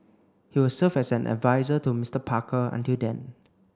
he will serve as an adviser to Mister Parker until then